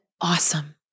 awesome